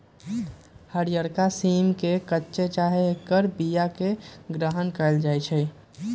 हरियरका सिम के कच्चे चाहे ऐकर बियाके ग्रहण कएल जाइ छइ